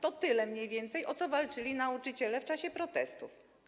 To tyle mniej więcej, o ile walczyli nauczyciele w czasie protestów.